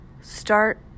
start